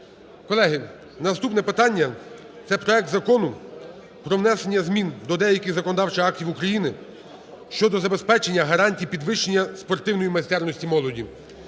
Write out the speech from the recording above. Колеги, наступне питання - це проект Закону про внесення змін до деяких законодавчих актів України щодо забезпечення гарантій підвищення спортивної майстерності молоді.